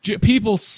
People